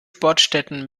sportstätten